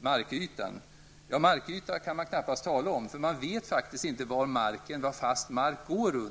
markytan. Man kan knappast tala om markyta, eftersom man inte vet var den fasta marken går.